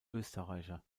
österreicher